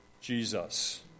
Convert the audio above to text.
Jesus